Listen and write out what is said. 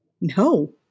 No